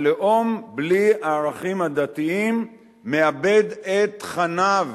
הלאום בלי הערכים הדתיים מאבד את תכניו.